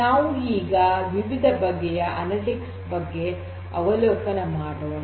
ನಾವು ಈಗ ವಿವಿಧ ಬಗೆಯ ಅನಲಿಟಿಕ್ಸ್ ಬಗ್ಗೆ ಅವಲೋಕನ ಮಾಡೋಣ